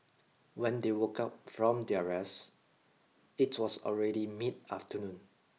when they woke up from their rest it was already mid afternoon